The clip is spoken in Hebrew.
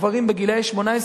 הגברים גילאי 18,